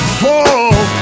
fall